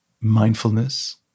mindfulness